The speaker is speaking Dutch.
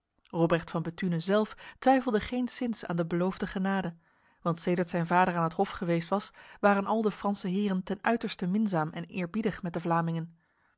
robrecht van bethune zelf twijfelde geenszins aan de beloofde genade want sedert zijn vader aan het hof geweest was waren al de franse heren ten uiterste minzaam en eerbiedig met de vlamingen